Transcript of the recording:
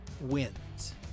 wins